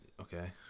okay